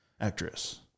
actress